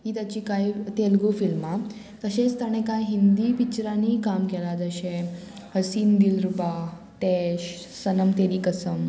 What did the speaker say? ही ताची कांय तेलुगू फिल्मां तशेंच ताणें कांय हिंदी पिक्चरांनीय काम केलां जशें हसीन दिलरुबा तेश सनम तेरी कसम